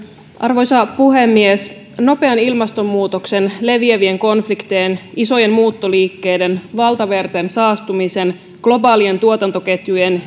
arvoisa puhemies nopean ilmastonmuutoksen leviävien konfliktien isojen muuttoliikkeiden valtamerten saastumisen globaalien tuotantoketjujen